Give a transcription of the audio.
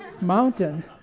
mountain